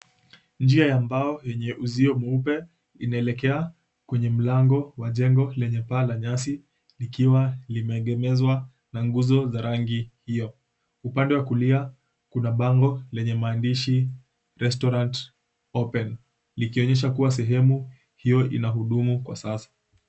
Njia ya mbao yenye uzio mweupe inaelekea kwenye mlango wa jengo lenye paa la nyasi likiwa limeegemezwa na nguzo za rangi hiyo. Upande wa kulia kuna bango lenye maandishi, Restaurant Open, likionyesha kuwa sehemu hiyo inahudumu kwa sasa.